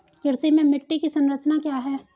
कृषि में मिट्टी की संरचना क्या है?